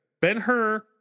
Ben-Hur